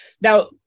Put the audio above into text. Now